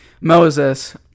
Moses